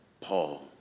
Paul